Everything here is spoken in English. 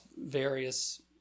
various